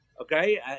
okay